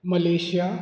Malaysia